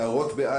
הארות,